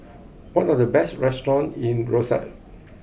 what are the best restaurants in Roseau